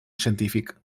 científic